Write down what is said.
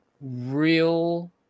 real